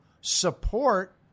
support